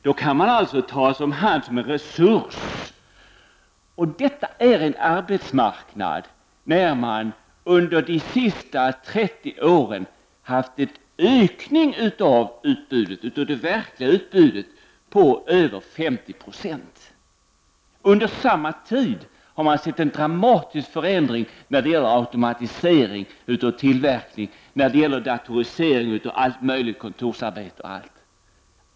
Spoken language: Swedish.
Då kan man tas i anspråk som en resurs. Detta gäller en arbetsmarknad som under de senaste 30 åren haft en ökning av det verkliga utbudet på över 50 26. Under samma tid har man sett en dramatisk förändring vad gäller automatisering av tillverkning och datorisering av kontorsarbete.